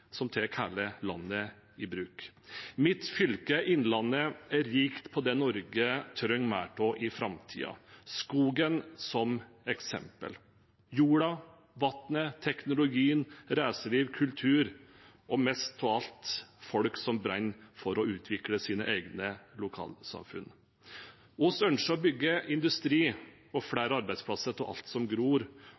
som tar hele landet i bruk. Mitt fylke, Innlandet, er rikt på det Norge trenger mer av i framtiden, med skogen som eksempel – jorda, vannet, teknologien, reiseliv, kultur og mest av alt folk som brenner for å utvikle sine egne lokalsamfunn. Vi ønsker å bygge industri og flere arbeidsplasser av alt som gror,